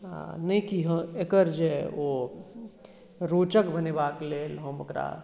आ नहि कि हँ एकर जे ओ रोचक बनयबाक लेल हम ओकरा